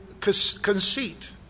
conceit